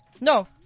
No